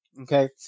okay